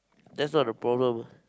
that's not the problem